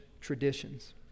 traditions